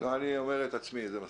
אני אומר את עצמי, זה מספיק,